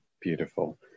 beautiful